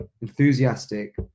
enthusiastic